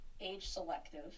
age-selective